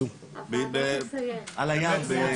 על הים.